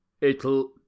It'll